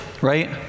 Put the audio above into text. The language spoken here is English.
right